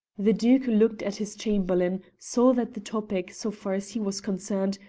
the duke looked at his chamberlain, saw that the topic, so far as he was concerned,